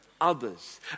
others